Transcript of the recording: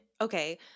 okay